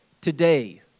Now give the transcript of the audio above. Today